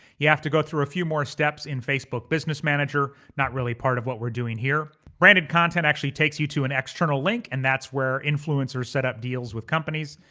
you have to go through a few more steps in facebook business manager, not really part of what we're doing here. branded content actually takes you to an external link and that's where influencers set up deals with companies.